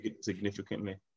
Significantly